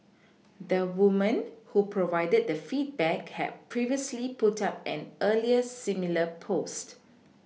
the woman who provided the feedback had previously put up an earlier similar post